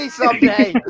someday